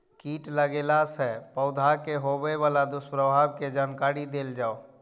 कीट लगेला से पौधा के होबे वाला दुष्प्रभाव के जानकारी देल जाऊ?